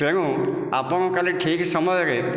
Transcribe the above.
ତେଣୁ ଆପଣ କାଲି ଠିକ୍ ସମୟରେ